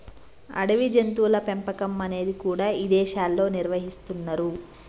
అడవి జంతువుల పెంపకం అనేది కూడా ఇదేశాల్లో నిర్వహిస్తున్నరు